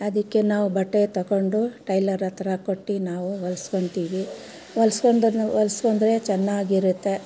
ಅದಕ್ಕೆ ನಾವು ಬಟ್ಟೆ ತೊಗೊಂಡು ಟೈಲರಹತ್ರ ಕೊಟ್ಟು ನಾವು ಹೊಲಿಸ್ಕೊತೀವಿ ಹೊಲ್ಸ್ಕೊಂದದ್ನ ಹೊಲಿಸ್ಕೊಂಡ್ರೆ ಚೆನ್ನಾಗಿರುತ್ತೆ